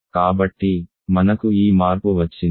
కాబట్టి మనకు ఈ మార్పు వచ్చింది